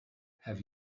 have